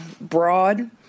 broad